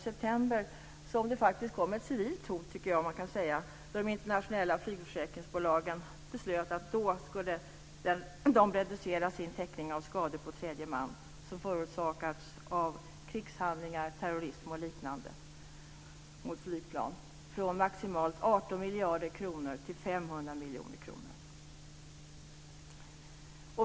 september som det faktiskt kom ett civilt hot, nämligen då de internationella flygförsäkringsbolagen beslöt att reducera sin täckning av skador på tredje man som förorsakas av krigshandlingar, terrorism och liknande mot flygplan från maximalt 18 miljarder kronor till 500 miljoner kronor.